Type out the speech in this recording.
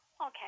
Okay